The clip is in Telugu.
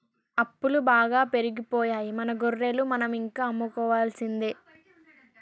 అప్పులు బాగా పెరిగిపోయాయి మన గొర్రెలు మనం ఇంకా అమ్ముకోవాల్సిందే